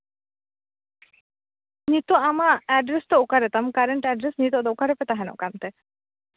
ᱱᱤᱛᱳᱜ ᱟᱢᱟᱜ ᱮᱰᱨᱮᱥ ᱫᱚ ᱚᱠᱟ ᱨᱮᱛᱟᱢ ᱠᱟᱨᱮᱱᱴ ᱮᱰᱨᱮᱥ ᱱᱤᱛᱳᱜ ᱫᱚ ᱚᱠᱟ ᱨᱮᱯᱮ ᱛᱟᱦᱮᱱᱚᱜ ᱠᱟᱱᱛᱮ